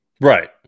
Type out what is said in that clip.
Right